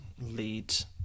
leads